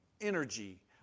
energy